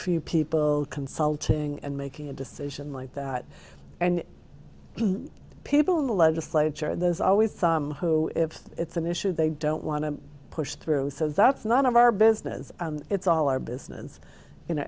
few people consulting and making a decision like that and the people in the legislature there's always some who if it's an issue they don't want to push through so that's none of our business it's all our business you know